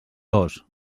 dos